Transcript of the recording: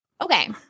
Okay